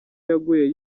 yaguye